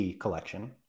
collection